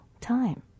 time